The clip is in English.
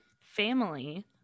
family